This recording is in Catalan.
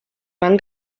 van